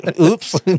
Oops